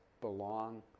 belong